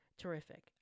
Terrific